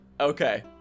Okay